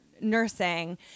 nursing